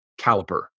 Caliper